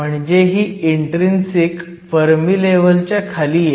म्हणजे ही intrinsic Fermi लेव्हलच्या खाली येते